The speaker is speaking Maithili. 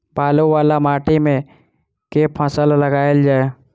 बालू वला माटि मे केँ फसल लगाएल जाए?